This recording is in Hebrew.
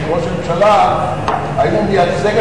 כי לא הייתי יהודי.